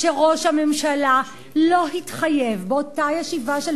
שראש הממשלה לא התחייב באותה ישיבה של